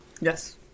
Yes